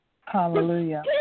Hallelujah